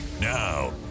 Now